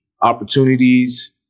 opportunities